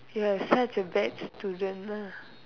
you are such a bad student lah